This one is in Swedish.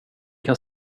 kan